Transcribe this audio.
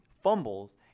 fumbles